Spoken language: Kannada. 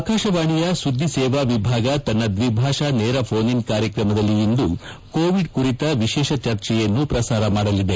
ಆಕಾಶವಾಣಿಯ ಸುದ್ದಿ ಸೇವಾ ವಿಭಾಗ ತನ್ನ ದ್ವಿಭಾಷಾ ನೇರ ಫೋನ್ ಇನ್ ಕಾರ್ಯಕ್ರಮದಲ್ಲಿ ಇಂದು ಕೋವಿಡ್ ಕುರಿತ ವಿಶೇಷ ಚರ್ಚೆಯನ್ನು ಪ್ರಸಾರ ಮಾಡಲಿದೆ